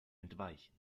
entweichen